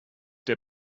der